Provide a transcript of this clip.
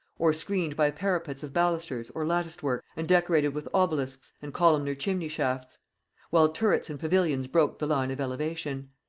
or screened by parapets of ballustres or latticed work and decorated with obelisks and columnar chimney shafts while turrets and pavilions broke the line of elevation.